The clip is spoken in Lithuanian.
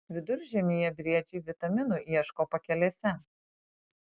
viduržiemyje briedžiai vitaminų ieško pakelėse